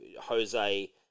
Jose